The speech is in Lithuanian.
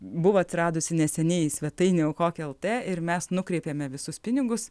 buvo atsiradusi neseniai svetainė aukok lt ir mes nukreipėme visus pinigus